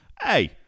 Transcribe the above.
Hey